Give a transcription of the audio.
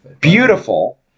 Beautiful